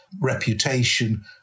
reputation